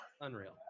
unreal